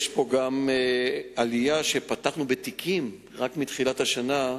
יש פה גם עלייה במספר התיקים שנפתחו רק מתחילת השנה,